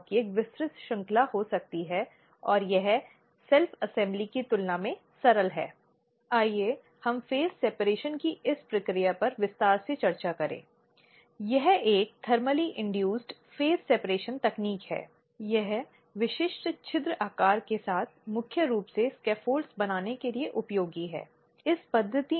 अब जैसा कि हमने पीड़ित के संदर्भ में बात की है कि अंतरिम उपाय हैं इसलिए भी एक बार शिकायत शुरू होने पर या एक जांच शुरू होती है तो शिकायतकर्ता एक अनुरोध कर सकता है जो लिखित में होना चाहिए आंतरिक शिकायत समिति को अंतरिम उपायों के प्रकार के